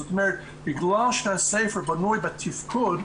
זאת אומרת בגלל שהספר בנוי מתפקוד,